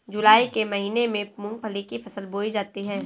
जूलाई के महीने में मूंगफली की फसल बोई जाती है